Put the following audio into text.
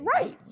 right